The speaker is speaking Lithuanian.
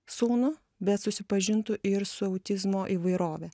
sūnų bet susipažintų ir su autizmo įvairove